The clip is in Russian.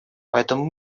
поэтому